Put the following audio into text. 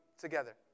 together